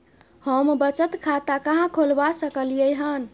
हम बचत खाता कहाॅं खोलवा सकलिये हन?